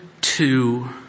two